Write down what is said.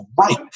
right